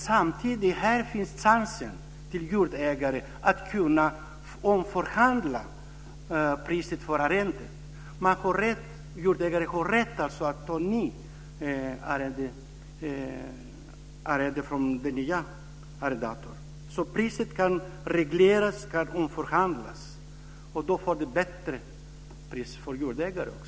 Samtidigt finns här en chans för jordägaren att omförhandla priset på arrende. Jordägaren får rätt att ta ut en ny arrendeavgift från den nya arrendatorn. Så priset kan regleras och omförhandlas. Då kan också jordägaren få ett bättre pris.